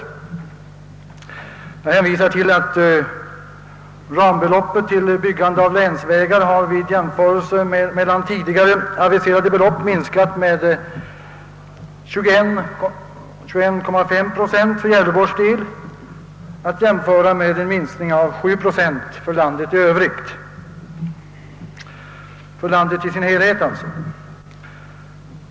Jag vill hänvisa till att rambeloppet till byggande av länsvägar vid jämförelse med tidigare aviserade belopp har minskat med 21,5 procent för Gävleborgs län, vilket bör ses mot en minskning av 7 procent för landet i dess helhet.